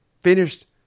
finished